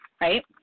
right